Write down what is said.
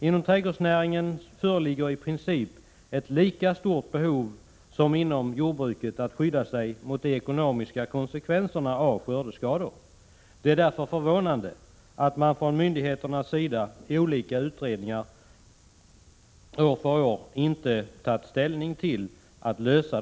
Inom trädgårdsnäringen föreligger i princip ett lika stort behov som inom jordbruket av att skydda sig mot de ekonomiska konsekvenserna av skördeskador. Det är därför förvånansvärt att myndigheterna, trots olika utredningar, år efter år har låtit bli att ta ställning till dessa problem.